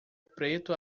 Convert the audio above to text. preto